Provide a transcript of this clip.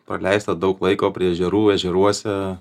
praleista daug laiko prie ežerų ežeruose